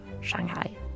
Shanghai